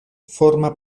forma